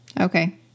Okay